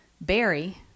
Barry